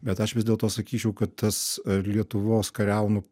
bet aš vis dėlto sakyčiau kad tas lietuvos kariaunų